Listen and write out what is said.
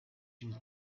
une